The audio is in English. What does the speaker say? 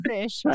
fish